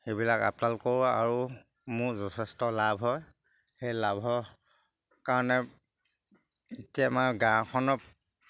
সেইবিলাক আপডাল কৰোঁ আৰু মোৰ যথেষ্ট লাভ হয় সেই লাভৰ কাৰণে এতিয়া আমাৰ গাঁওখনক